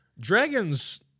Dragons